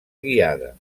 guiada